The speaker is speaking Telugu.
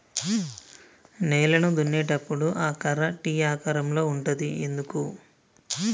నేలను దున్నేటప్పుడు ఆ కర్ర టీ ఆకారం లో ఉంటది ఎందుకు?